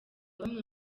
bamwe